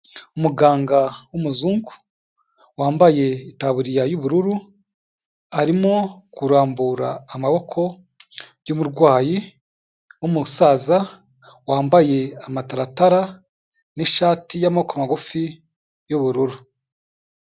Umuganga w'umuzungu. Wambaye itaburiya y'ubururu, arimo kurambura amaboko y'umurwayi w'umusaza, wambaye amataratara, n'ishati y'amaboko magufi, y'ubururu.